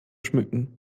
schmücken